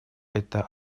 это